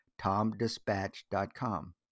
TomDispatch.com